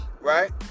right